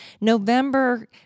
November